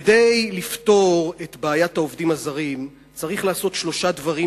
כדי לפתור את בעיית העובדים הזרים צריך לעשות שלושה דברים,